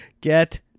Get